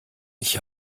ich